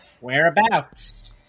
whereabouts